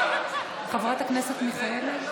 חברת הכנסת מיכאלי?